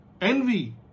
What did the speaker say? envy